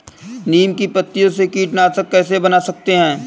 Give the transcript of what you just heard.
नीम की पत्तियों से कीटनाशक कैसे बना सकते हैं?